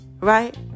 right